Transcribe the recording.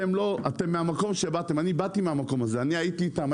אני באתי מהמקום הזה; אני הייתי איתם.